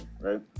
right